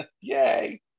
Yay